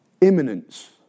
imminence